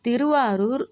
Thiruvarur